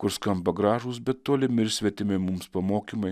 kur skamba gražūs bet tolimi ir svetimi mums pamokymai